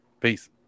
Peace